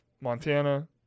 Montana